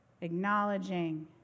Acknowledging